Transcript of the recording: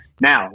Now